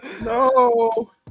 No